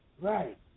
Right